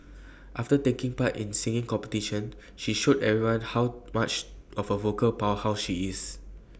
after taking part in the singing competition she showed everyone how much of A vocal powerhouse she is